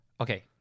Okay